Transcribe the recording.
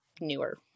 newer